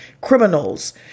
criminals